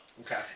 Okay